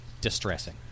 distressing